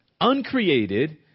Uncreated